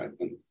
right